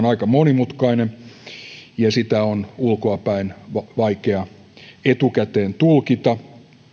aika monimutkainen ja sitä on ulkoapäin vaikea etukäteen tulkita